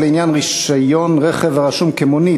(הוראות לעניין רישיון רכב הרשום כמונית),